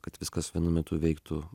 kad viskas vienu metu veiktų